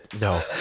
No